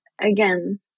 again